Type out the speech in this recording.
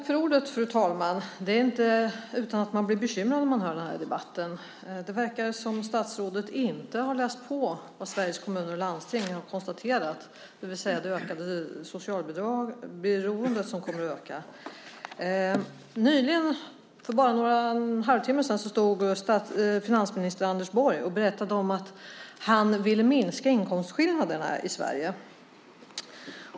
Fru talman! Det är inte utan att man blir bekymrad när man hör den här debatten. Det verkar som om statsrådet inte har läst på vad Sveriges Kommuner och Landsting konstaterar, nämligen att socialbidragsberoendet kommer att öka. För bara någon halvtimme sedan stod finansminister Anders Borg här och berättade att han vill minska inkomstskillnaderna i Sverige.